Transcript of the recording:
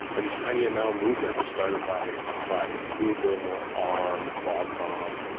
and the tinyml movement was started by by google, arm, qualcom,